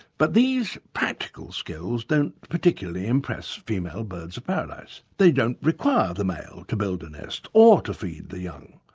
but these practical skills don't particularly impress female birds of paradise. they don't require the male to build a nest, or to feed the young.